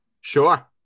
Sure